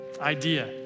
idea